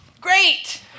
Great